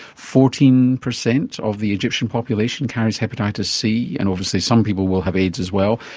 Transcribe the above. fourteen percent of the egyptian population carries hepatitis c, and obviously some people will have aids as well,